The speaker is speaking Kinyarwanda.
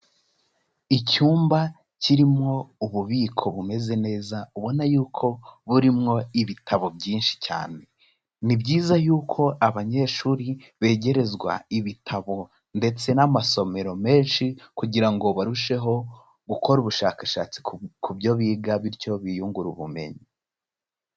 Icyumba kirimo ububiko bumeze neza, ubona y'uko burimwo ibitabo byinshi cyane. Ni byiza yuko abanyeshuri begerezwa ibitabo ndetse n'amasomero menshi, kugira ngo barusheho gukora ubushakashatsi ku byo biga, bityo biyungure ubumenyi.